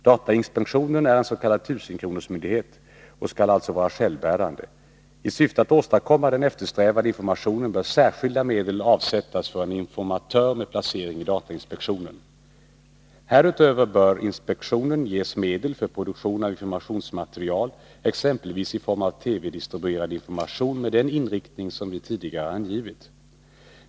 Datainspektionen är en s.k. 1000-kronorsmyndighet, och skall alltså vara självbärande. I syfte att åstadkomma den eftersträvade informationen bör särskilda medel avsättas för en informatör med placering i datainspektionen. Härutöver bör inspektionen ges medel för produktion av informationsmaterial, exempelvis i form av TV-distribuerad information med den inriktning som vi tidigare angivit.